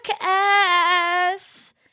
ass